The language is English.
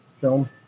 film